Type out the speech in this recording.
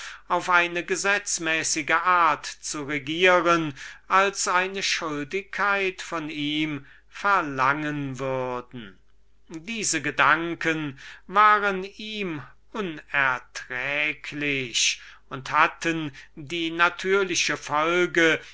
auf eine gesetzmäßige art regieren wolle diese vorstellungen waren ihm unerträglich und hatten die natürliche folge